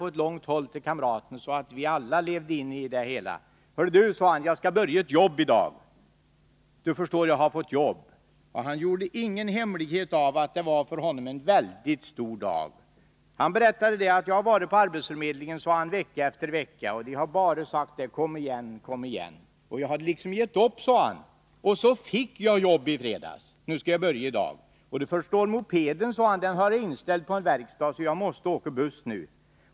På långt håll skrek han till denne på ett sätt som gjorde att vi alla levde oss in i det hela: Jag skall börja på ett jobb i dag! Du förstår jag har fått jobb. Han gjorde ingen hemlighet av att det för honom var en väldigt stor dag. Han berättade att han hade besökt arbetsförmedlingen vecka efter vecka men att man bara hade bett honom komma igen. Jag hade liksom gett upp hoppet, sade han. Men i fredags fick jag besked om att jag fått ett jobb. Och nu skall jag börja i dag. Du förstår, sade han, mopeden har jag inställd på verkstad, så jag måste åka buss nu.